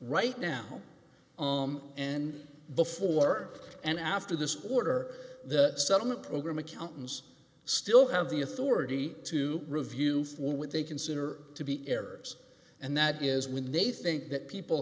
right now on him and before and after this order the settlement program accountants still have the authority to review for what they consider to be errors and that is when they think that people